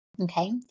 Okay